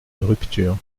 rupture